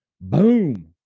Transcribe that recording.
Boom